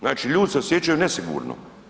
Znači ljudi se osjećaju nesigurno.